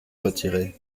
retiré